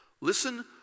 Listen